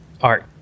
Art